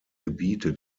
gebiete